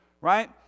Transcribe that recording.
Right